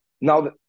now